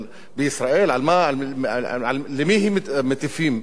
אבל בישראל, למי מטיפים?